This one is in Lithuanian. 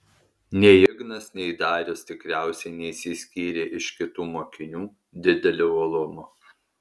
nei ignas nei darius tikriausiai neišsiskyrė iš kitų mokinių dideliu uolumu